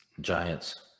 Giants